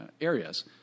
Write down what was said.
areas